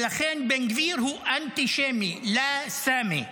ולכן בן גביר הוא אנטישמי (חוזר על המילה בערבית),